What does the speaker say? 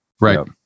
Right